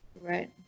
Right